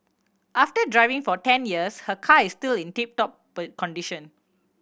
after driving for ten years her car is still in tip top condition